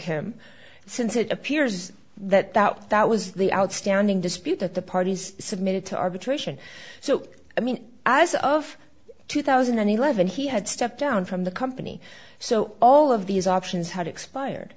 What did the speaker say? him since it appears that that that was the outstanding dispute that the parties submitted to arbitration so i mean as of two thousand and eleven he had stepped down from the company so all of these options had expired